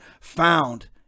found